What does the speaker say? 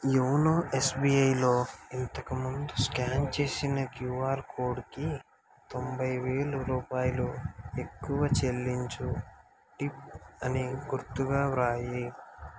YONO ఎస్బీఐలో ఇంతకు ముందు స్కాన్ చేసిన క్యూఆర్ కోడుకి తొంభై వేలు రూపాయలు ఎక్కువ చెల్లించు టిప్ అని గుర్తుగా వ్రాయి